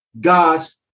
God's